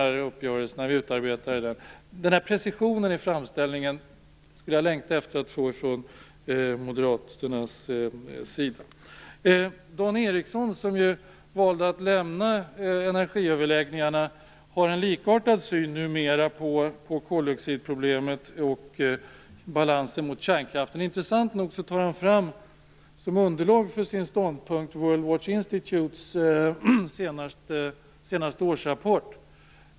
Jag skulle uppskatta en precision i framställningen från Moderaternas sida. Dan Ericsson valde att lämna energiöverläggningarna. Han har en likartad syn på koldioxidproblemet och balansen i kärnkraften. Det är intressant att han tar fram som underlag för ståndpunkten den senaste årsrapporten från World Watch Institute.